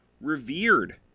revered